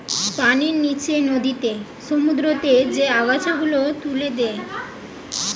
পানির নিচে নদীতে, সমুদ্রতে যে আগাছা গুলা তুলে দে